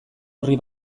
orri